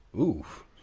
Oof